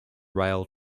rail